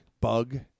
bug